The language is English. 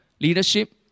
leadership